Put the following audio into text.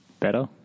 better